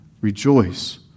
rejoice